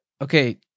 Okay